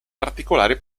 particolari